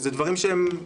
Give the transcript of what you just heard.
אלה דברים מובחנים.